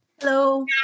Hello